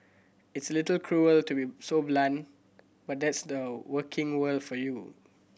it's little cruel to be so blunt but that's the working world for you